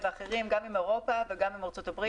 ואחרים גם עם אירופה וגם עם ארצות הברית.